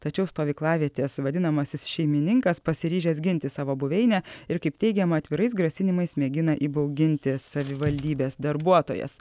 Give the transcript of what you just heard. tačiau stovyklavietės vadinamasis šeimininkas pasiryžęs ginti savo buveinę ir kaip teigiama atvirais grasinimais mėgina įbauginti savivaldybės darbuotojas